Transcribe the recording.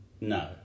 No